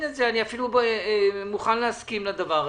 את זה ואני אפילו מוכן להסכים לדבר הזה.